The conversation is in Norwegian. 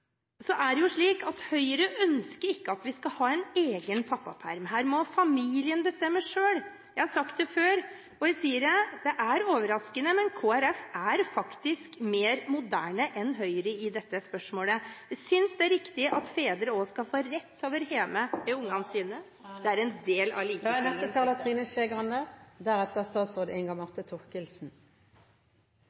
Så er det slik at Høyre ønsker ikke at vi skal ha en egen pappaperm – her må familien bestemme selv. Jeg har sagt det før, og jeg sier det nå: Det er overraskende, men Kristelig Folkeparti er faktisk mer moderne enn Høyre i dette spørsmålet. Jeg synes det er riktig at fedre også skal få rett til å være hjemme med ungene sine. Det er en del av